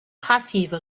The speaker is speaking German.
passive